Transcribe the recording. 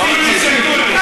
מספיק, מספיק.